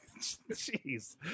Jeez